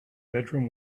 bedroom